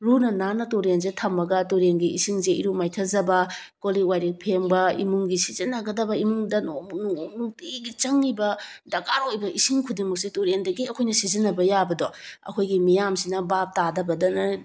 ꯂꯨꯅ ꯅꯥꯟꯅ ꯇꯨꯔꯦꯜꯁꯦ ꯊꯝꯃꯒ ꯇꯨꯔꯦꯜꯒꯤ ꯏꯁꯤꯡꯁꯦ ꯏꯔꯨ ꯃꯥꯏꯊꯖꯕ ꯀꯣꯜꯂꯤꯛ ꯋꯥꯏꯔꯤꯛ ꯐꯦꯡꯕ ꯏꯃꯨꯡꯒꯤ ꯁꯤꯖꯤꯟꯅꯒꯗꯕ ꯏꯃꯨꯡꯗ ꯅꯣꯡꯇꯤꯒꯤ ꯆꯪꯉꯤꯕ ꯗꯔꯀꯥꯔ ꯑꯣꯏꯕ ꯏꯁꯤꯡ ꯈꯨꯗꯤꯡꯃꯛꯁꯦ ꯇꯨꯔꯦꯜꯗꯒꯤ ꯑꯩꯈꯣꯏꯅ ꯁꯤꯖꯤꯟꯅꯕ ꯌꯥꯕꯗꯣ ꯑꯩꯈꯣꯏꯒꯤ ꯃꯤꯌꯥꯝꯁꯤꯕ ꯚꯥꯕ ꯇꯥꯗꯕꯗꯅꯔ